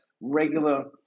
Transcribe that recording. regular